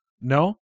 No